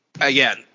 again